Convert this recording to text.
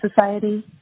society